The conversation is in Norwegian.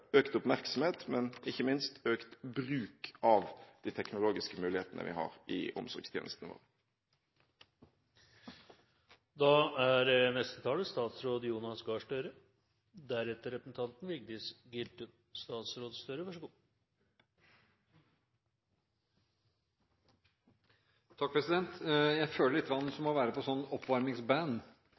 økt oppmerksomhet og, ikke minst, økt bruk av de teknologiske mulighetene vi har, i omsorgstjenestene våre. Jeg føler dette er lite grann som å høre på